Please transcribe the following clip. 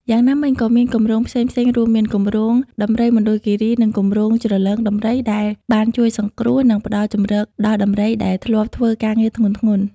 យ៉ាងណាមិញក៏មានគម្រោងផ្សេងៗរួមមាន គម្រោងដំរីមណ្ឌលគិរី និង គម្រោងជ្រលងដំរី ដែលបានជួយសង្គ្រោះ និងផ្តល់ជម្រកដល់ដំរីដែលធ្លាប់ធ្វើការងារធ្ងន់ៗ។